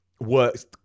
works